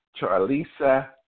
Charlisa